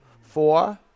four